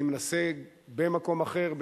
אני מנסה במקום אחר,